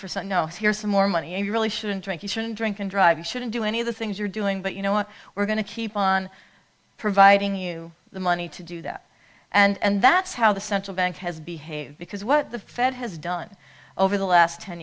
notes here some more money i really shouldn't drink you shouldn't drink and drive you shouldn't do any of the things you're doing but you know we're going to keep on providing you the money to do that and that's how the central bank has behaved because what the fed has done over the last ten